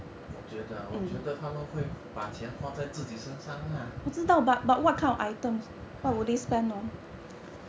我觉得 ah 我觉得他们会把钱花在自己身上 lah